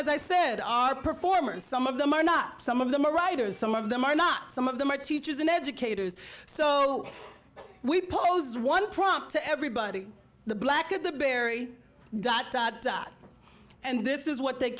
as i said are performers some of them are not some of them are writers some of them are not some of them are teachers and educators so we pose one proc to everybody the black at the berry dot dot dot and this is what they